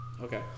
Okay